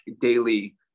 daily